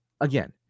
again